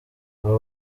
aba